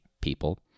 people